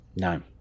No